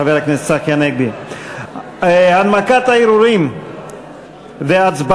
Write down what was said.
חברי הכנסת, למען הסר